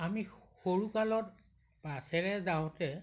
আমি সৰুকালত বাছেৰে যাওঁতে